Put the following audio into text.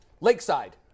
Lakeside